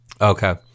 Okay